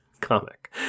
comic